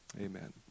Amen